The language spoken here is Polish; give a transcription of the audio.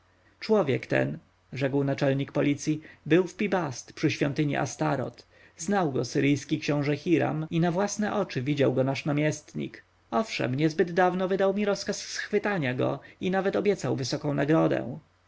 człowiek ten rzekł naczelnik policji był w pi-bast przy świątyni astoreth znał go syryjski książę hiram i na własne oczy widział go nasz namiestnik owszem niezbyt dawno wydał mi rozkaz schwytania go i nawet obiecał wysoką nagrodę